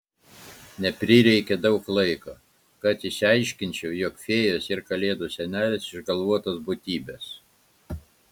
neprireikė daug laiko kad išsiaiškinčiau jog fėjos ir kalėdų senelis išgalvotos būtybės